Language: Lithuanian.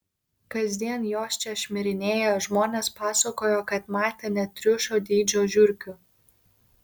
kasdien jos čia šmirinėja žmonės pasakojo kad matę net triušio dydžio žiurkių